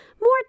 More